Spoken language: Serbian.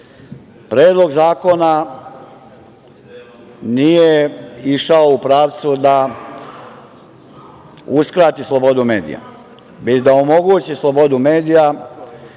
džepove. Predlog zakona nije išao u pravcu da uskrati slobodu medija, već da omogući slobodu medija.